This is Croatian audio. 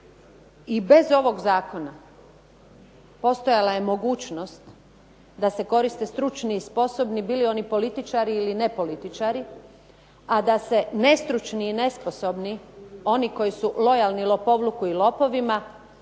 i bez ovog zakona postojala je mogućnost da se koriste stručni i sposobni, bili oni političari ili nepolitičari, a da se nestručni i nesposobni, oni koji su lojalni lopovluku i lopovima,